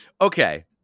Okay